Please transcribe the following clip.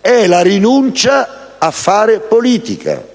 è la rinuncia a fare politica